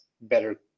better